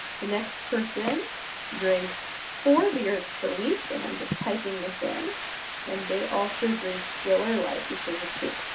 the next person drinks four beers per week and i'm just typing this in and they also drink swiller light which is a two.